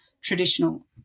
traditional